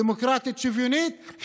דמוקרטית שוויונית,